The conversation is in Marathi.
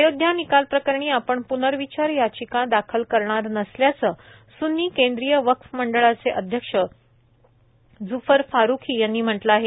अयोध्या निकालप्रकरणी आपण पुनर्विचार याचिका दाखल करणार नसल्याचं सुत्री केंद्रीय वक्फमंडळचे अध्यक्ष जुफर फारूखी यांनी म्हटलं आहे